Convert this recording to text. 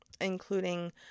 including